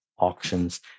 Auctions